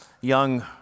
young